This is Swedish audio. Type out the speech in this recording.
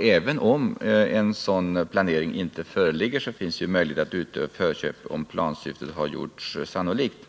Även om en sådan planering inte föreligger finns möjlighet till förköp, om plansyftet har gjorts sannolikt.